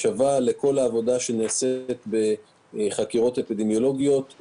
שווה לכל העבודה שנעשית בחקירות האפידמיולוגיות.